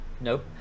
Nope